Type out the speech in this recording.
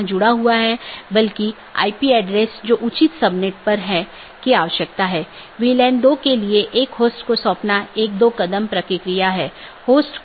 इसका मतलब है कि मार्ग इन कई AS द्वारा परिभाषित है जोकि AS की विशेषता सेट द्वारा परिभाषित किया जाता है और इस विशेषता मूल्यों का उपयोग दिए गए AS की नीति के आधार पर इष्टतम पथ खोजने के लिए किया जाता है